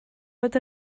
bod